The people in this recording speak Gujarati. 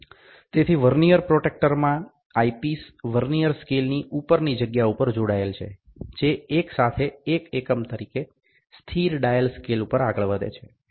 તેથી વર્નીઅર પ્રોટ્રેક્ટરમાં આઇપિસ વર્નીઅર સ્કેલની ઉપરની જગ્યા પર જોડાયેલ છે જે એક સાથે એક એકમ તરીકે સ્થિર ડાયલ સ્કેલ ઉપર આગળ વધે છે